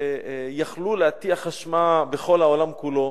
והוריו, שיכלו להטיח אשמה בכל העולם כולו,